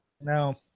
No